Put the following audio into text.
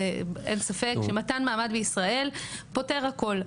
אין ספק שמתן מעמד בישראל פותר הכול,